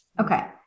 okay